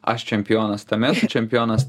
aš čempionas tame tu čempionas